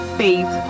faith